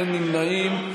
אין נמנעים.